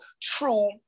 true